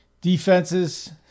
defenses